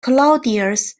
claudius